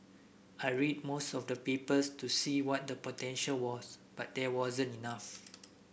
I read most of the papers to see what the potential was but there wasn't enough